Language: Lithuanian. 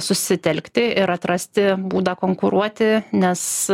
susitelkti ir atrasti būdą konkuruoti nes